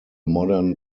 modern